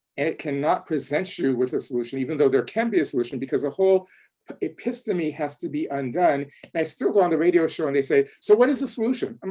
and it cannot present you with a solution, even though there can be a solution because the whole epistemy has to be undone. and i still go on the radio show and they say, so what is the solution? um